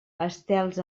estels